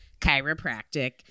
chiropractic